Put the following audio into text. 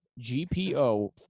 GPO